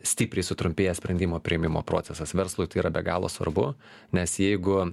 stipriai sutrumpėja sprendimo priėmimo procesas verslui tai yra be galo svarbu nes jeigu